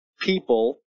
people